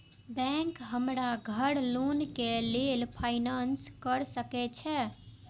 Bank हमरा घर loan के लेल फाईनांस कर सके छे?